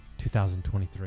2023